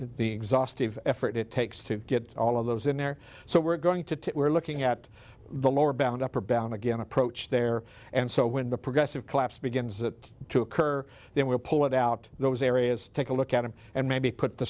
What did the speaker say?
the exhaustive effort it takes to get all of those in there so we're going to we're looking at the lower bound upper bound again approach there and so when the progressive collapse begins that to occur then we'll pull it out those areas take a look at them and maybe put the